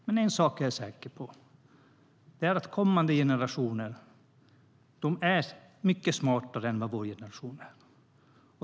Men en sak är jag säker på, och det är att kommande generationer är mycket smartare än vad vår generation är.